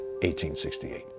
1868